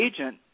agent